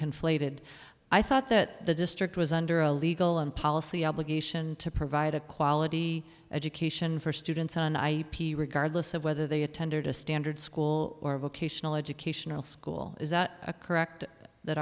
conflated i thought that the district was under a legal and policy obligation to provide a quality education for students on ip regardless of whether they attended a standard school or vocational educational school is that a correct that